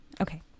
okay